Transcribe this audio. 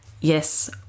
yes